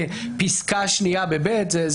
לאחר הקריאה הראשונה נעמוד בקשר --- אבל